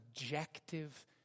objective